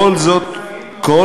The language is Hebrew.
חלקם אכזריים מאוד.